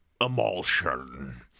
emulsion